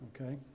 okay